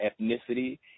ethnicity